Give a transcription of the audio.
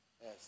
Yes